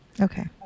Okay